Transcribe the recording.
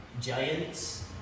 giants